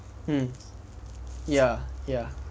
mm ya ya